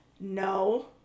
No